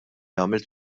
għamilt